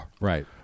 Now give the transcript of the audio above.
Right